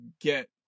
get